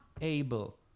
able